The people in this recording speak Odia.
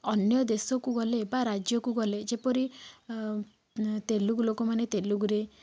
ଅନ୍ୟଦେଶକୁ ଗଲେ ବା ରାଜ୍ୟକୁ ଗଲେ ଯେପରି ତେଲୁଗୁ ଲୋକମାନେ ତେଲୁଗୁରେ